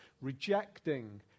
Rejecting